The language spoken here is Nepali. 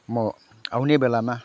म आउने बेलामा